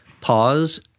Pause